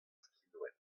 skinwel